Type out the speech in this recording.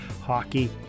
hockey